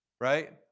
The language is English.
Right